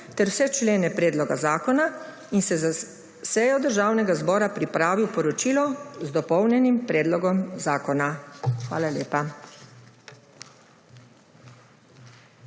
ter vse člene predloga zakona. Za sejo Državnega zbora je odbor pripravil poročilo z dopolnjenim predlogom zakona. Hvala lepa.